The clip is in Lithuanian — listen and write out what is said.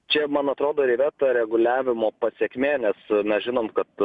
čia man atrodo ir yra ta reguliavimo pasekmė nes mes žinom kad